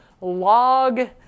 log